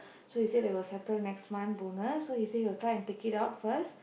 so he said they will settle next month bonus so he say he will try to pick it out first